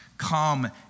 Come